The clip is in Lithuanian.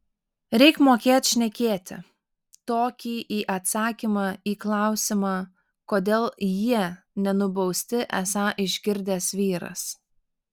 reik mokėt šnekėti tokį į atsakymą į klausimą kodėl jie nenubausti esą išgirdęs vyras